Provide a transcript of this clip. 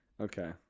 okay